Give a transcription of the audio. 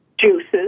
juices